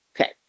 Okay